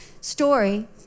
story